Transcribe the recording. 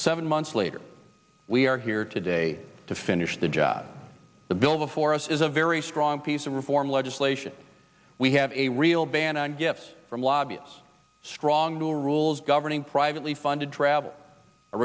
seven months later we are here today to finish the job the bill before us is a very strong piece of reform legislation we have a real ban on gifts from lobbyists strong new rules governing privately funded travel a